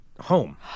home